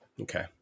okay